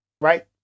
right